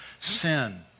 Sin